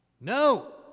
No